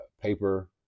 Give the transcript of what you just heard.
paper